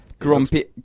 Grumpy